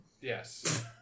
yes